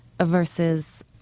versus